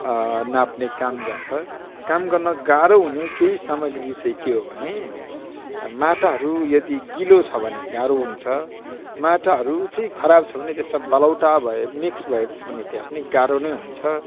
नाप्ने काम गर्छ काम गर्न गाह्रो हुनु केही सामग्री चाहिँ के हो भने माटाहरू यदि गिलो छ भने गाह्रो हुन्छ माटाहरू चाहिँ खराब छ भने त्यसमा बालौटा भए मिक्स भएको छ भने त्यहाँ पनि गाह्रो नै हुन्छ